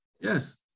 Yes